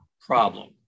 problem